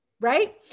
Right